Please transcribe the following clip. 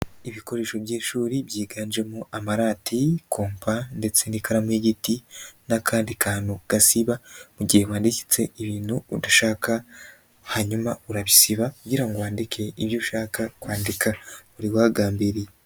Ibikoresho by'ishuri byiganjemo amarati, kompa ndetse n'ikaramu y'igiti n'akandi kantu gasiba mu gihe wanditse ibintu udashaka, hanyuma urabisiba kugira ngo wandike ibyo ushaka kwandika wari wagambiriye.